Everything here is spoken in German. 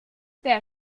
der